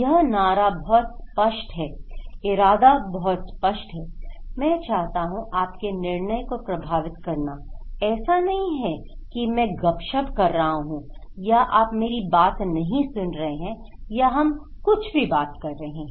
यह नारा बहुत स्पष्ट है इरादा बहुत स्पष्ट है मैं चाहता हूं आपके निर्णय को प्रभावित करना ऐसा नहीं है कि मैं गपशप कर रहा हूं या आप मेरी बात नहीं सुन रहे हैं या हम कुछ भी बात कर रहे हैं